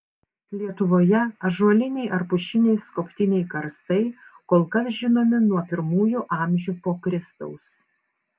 lietuvoje ąžuoliniai ar pušiniai skobtiniai karstai kol kas žinomi nuo pirmųjų amžių po kristaus